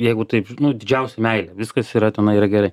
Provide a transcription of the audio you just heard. jeigu taip nu didžiausia meilė viskas yra tenai yra gerai